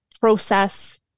process